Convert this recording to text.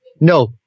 No